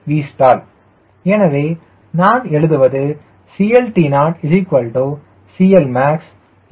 1Vstall எனவே நான் எழுதுவது CLT0CLmaxVsVT021